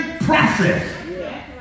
process